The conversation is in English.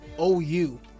OU